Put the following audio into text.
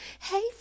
hey